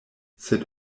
sed